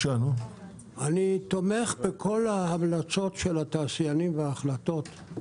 --- אני תומך בכל ההמלצות וההחלטות של התעשיינים,